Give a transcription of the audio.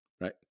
right